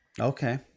Okay